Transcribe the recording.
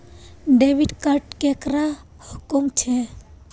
Debit card केकरा कहुम छे?